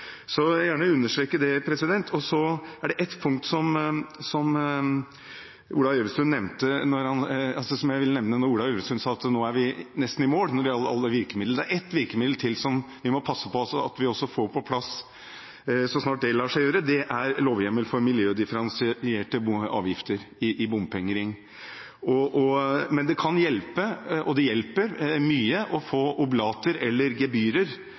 Jeg vil gjerne understreke det. Så er det ett punkt som jeg vil nevne når Ola Elvestuen sier at nå er vi nesten i mål med alle virkemidlene. Det er ett virkemiddel til som vi må passe på at vi også får på plass så snart det lar seg gjøre. Det er en lovhjemmel for miljødifferensierte avgifter i bompengering. Men det kan hjelpe – og det hjelper mye – å få oblater eller gebyrer,